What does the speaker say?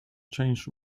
changed